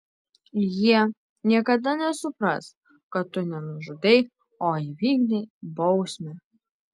jie niekada nesupras kad tu ne nužudei o įvykdei bausmę